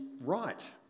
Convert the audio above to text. right